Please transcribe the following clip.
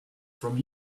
from